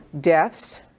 Deaths